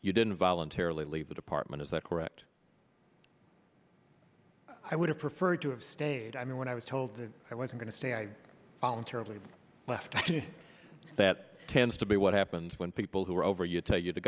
you didn't voluntarily leave the department is that correct i would have preferred to have stayed i mean when i was told i was going to say i voluntarily left that tends to be what happens when people who are over you tell you to